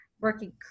working